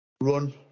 run